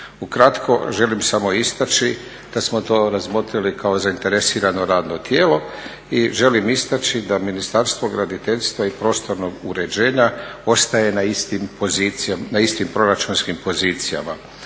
Ukratko, želim samo istaći da smo to razmotrili kao zainteresirano radno tijelo i želim istaći da Ministarstvo graditeljstva i prostornog uređenja ostaje na istim proračunskim pozicijama.